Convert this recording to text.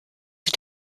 sie